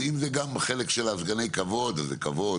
אם זה גם חלק של סגני הכבוד אז זה כבוד,